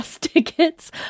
tickets